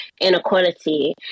inequality